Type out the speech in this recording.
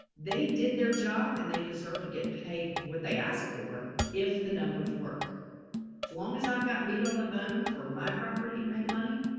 they did their job and they deserve to get paid what they asked for. if the numbers work, as long as i've got meat on the bone for my property to make money,